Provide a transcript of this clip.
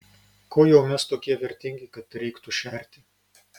kuo jau mes tokie vertingi kad reiktų šerti